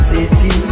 City